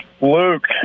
luke